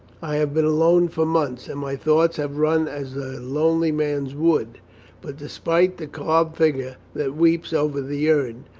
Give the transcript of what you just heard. i have been alone for months and my thoughts have run as a lonely man's would but, despite the carved figure that weeps over the urn,